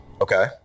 Okay